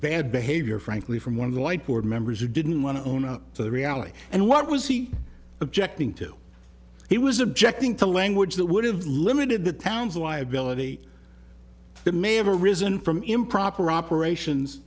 bad behavior frankly from one of the white board members who didn't want to own up to the reality and what was he objecting to he was objecting to language that would have limited the town's liability that may have arisen from improper operations